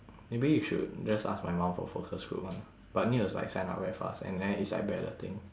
maybe you should just ask my mum for focus group one but need to like sign up very fast and then it's like balloting